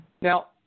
Now